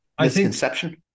misconception